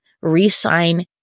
re-sign